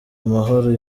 amahoro